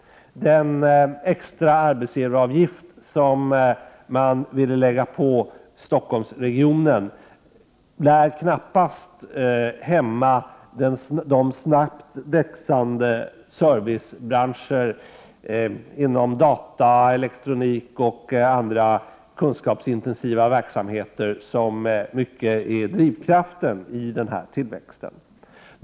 Den extra arbetsgivaravgift som man vill lägga på Stockholmsregionen lär knappast hämma de snabbt växande servicebranscherna inom data, elektronik och andra kunskapsintensiva verksamheter som i mycket är drivkraften i denna tillväxt.